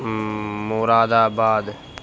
مراد آباد